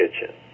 kitchen